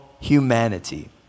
humanity